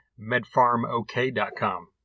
MedFarmOK.com